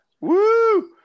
Woo